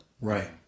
Right